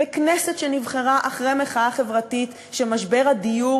בכנסת שנבחרה אחרי מחאה חברתית שמשבר הדיור